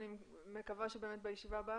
אני מקווה באמת שבישיבה הבאה